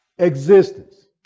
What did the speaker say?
Existence